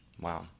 Wow